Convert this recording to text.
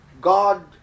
God